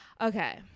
okay